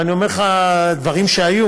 ואני אומר לך דברים שהיו,